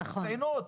הצטיינות.